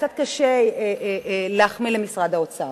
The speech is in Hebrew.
קצת קשה להחמיא למשרד האוצר,